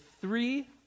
three